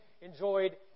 enjoyed